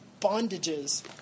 bondages